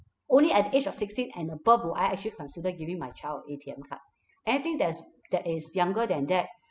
only at the age of sixteen and above will I actually consider giving my child a A_T_M card anything that's that is younger than that